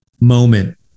moment